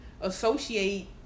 associate